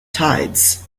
tides